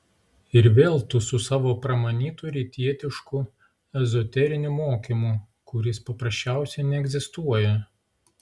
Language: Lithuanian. ir vėl tu su savo pramanytu rytietišku ezoteriniu mokymu kuris paprasčiausiai neegzistuoja